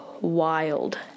Wild